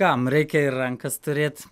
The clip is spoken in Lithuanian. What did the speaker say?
kam reikia ir rankas turėt